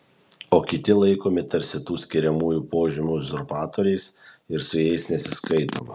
o kiti laikomi tarsi tų skiriamųjų požymių uzurpatoriais ir su jais nesiskaitoma